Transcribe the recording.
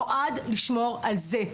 נועד לשמור על זה,